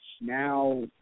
now